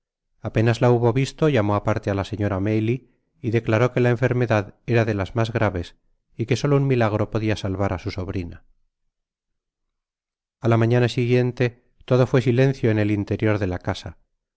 apenas la hubo visto llamó á parte á la señora maylie y le declaró que la enfermedad era de las mas graves y que solo un milagro pedia salvará su sobrina a la mañana siguiente todo fué silencio en el interior de la casa